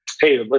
hey